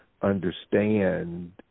Understand